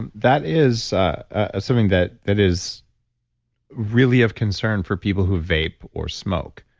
and that is ah something that that is really of concern for people who vape or smoke.